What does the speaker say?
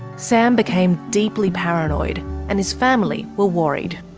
sam became deeply paranoid and his family were worried.